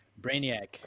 Brainiac